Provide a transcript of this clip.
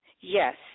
Yes